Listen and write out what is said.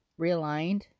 realigned